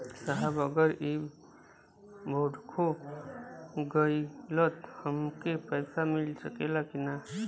साहब अगर इ बोडखो गईलतऽ हमके पैसा मिल सकेला की ना?